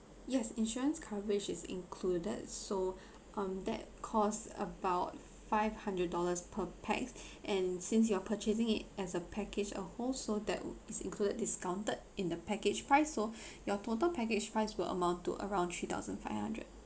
yes insurance coverage is included so um that costs about five hundred dollars per pax and since you are purchasing it as a package a whole so that is included discounted in the package price so your total package price will amount to around three thousand five hundred